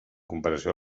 comparació